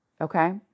okay